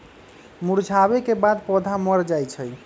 मुरझावे के बाद पौधा मर जाई छई